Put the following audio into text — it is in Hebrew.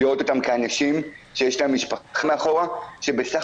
לראות אותם כאנשים שיש להם משפחות מאחורה שבסך